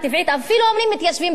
אפילו אומרים "מתיישבים בגליל",